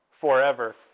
forever